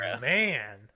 man